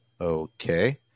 Okay